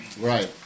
Right